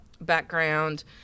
background